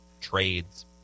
trades